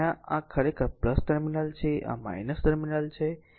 અને આ એક r આ ખરેખર ટર્મિનલ છે આ ટર્મિનલ છે